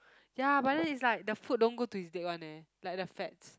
ya but then is like the food don't go to his leg one leh like the fats